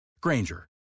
Granger